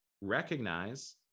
Recognize